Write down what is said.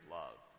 love